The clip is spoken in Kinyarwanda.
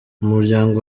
umuryango